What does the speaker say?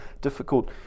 difficult